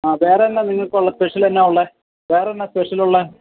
ആ വേറെ എന്താണ് നിങ്ങൾക്ക് ഉള്ളത് സ്പെഷ്യല് എന്താണ് ഉള്ളത് വേറെ എന്താണ് സ്പെഷ്യല് ഉള്ളത്